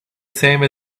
same